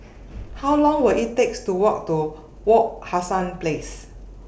How Long Will IT takes to Walk to Wak Hassan Place